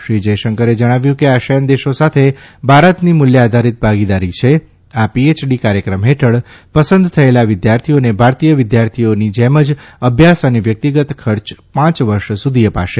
શ્રી જયશંકરે જણાવ્યું કે આસીયાન દેશો સાથે ભારતની મૂલ્ય આધારીત ભાગદારી છે આ પીએચડી કાર્યક્રમ હેઠળ પસંદ થયેલા વિદ્યાર્થીઓને ભારતીય વિદ્યાર્થીઓની જેમમ જ અભ્યાસ અને વ્યક્તિગત ખર્ચ પાંચ વર્ષ સુધી અપાશે